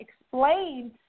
explain